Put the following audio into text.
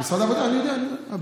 משרד העבודה, אני יודע, אני יודע.